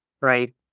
right